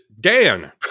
Dan